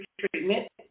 treatment